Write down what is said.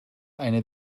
eine